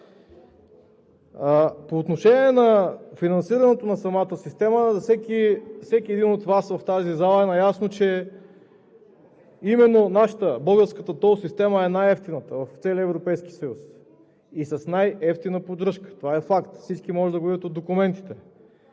По отношение на финансирането на самата система всеки един от Вас в тази зала е наясно, че именно българската тол система е най-евтината в целия Европейски съюз и с най-евтина поддръжка. Това е факт, всички могат да го видят от документите.